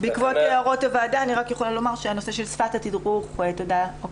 לפי סדר הצ'ק אין,